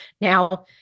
now